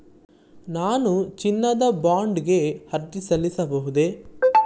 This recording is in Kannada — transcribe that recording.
ನಾನು ಚಿನ್ನದ ಬಾಂಡ್ ಗೆ ಅರ್ಜಿ ಸಲ್ಲಿಸಬಹುದೇ?